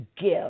give